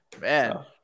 Man